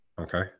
Okay